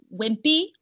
wimpy